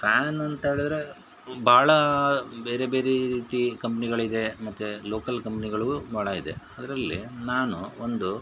fan ಅಂತ ಹೇಳಿದರೆ ಭಾಳ ಬೇರೆ ಬೇರೆ ರೀತಿ ಕಂಪ್ನಿಗಳಿದೆ ಮತ್ತು ಲೋಕಲ್ ಕಂಪ್ನಿಗಳೂ ಭಾಳ ಇದೆ ಅದರಲ್ಲಿ ನಾನು ಒಂದು